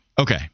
Okay